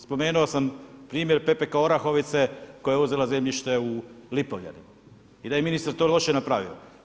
Spomenuo sam primjer PPK Orahovice koja je uzela zemljište u Lipovljanima i da je ministar to loše napravio.